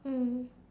mm